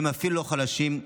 לא חלשים,